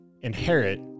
inherit